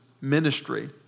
ministry